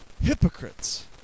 hypocrites